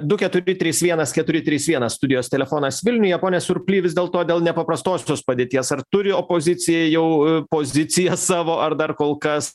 du keturi trys vienas keturi trys vienas studijos telefonas vilniuje pone surply vis dėlto dėl nepaprastosios padėties ar turi opozicija jau poziciją savo ar dar kol kas